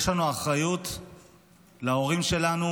יש לנו אחריות להורים שלנו,